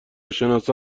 شناسا